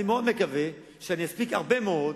אני מאוד מקווה שאני אספיק הרבה מאוד,